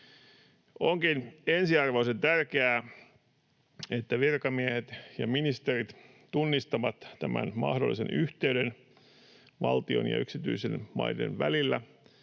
Onkin ensiarvoisen tärkeää, että virkamiehet ja ministerit tunnistavat tämän mahdollisen yhteyden valtion ja yksityisten maiden välillä,